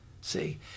see